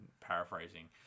paraphrasing